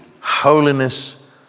holiness